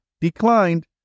declined